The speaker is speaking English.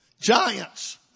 Giants